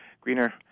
greener